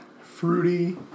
fruity